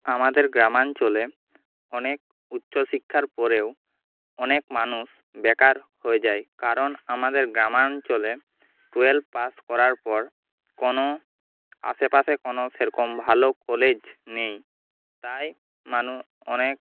আমাদের গ্রামাঞ্চলে অনেক উচ্চশিক্ষার পরেও অনেক মানুষ বেকার হয়ে যায় কারণ আমাদের গ্রামাঞ্চলে টুয়েলভ পাশ করার পর কোনো আশেপাশে কোনো সেরকম ভালো কলেজ নেই তাই মানুষ অনেক